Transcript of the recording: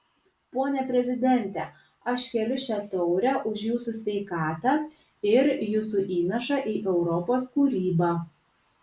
pone prezidente aš keliu šią taurę už jūsų sveikatą ir jūsų įnašą į europos kūrybą